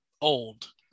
Old